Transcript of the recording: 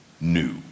new